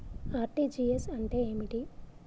RTGS అంటే ఏమిటి?